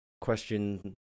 question